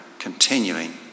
continuing